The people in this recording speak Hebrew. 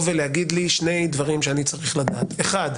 ולהגיד לי שלושה דברים שאני צריך לדעת: האחד,